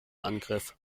angriff